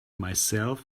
myself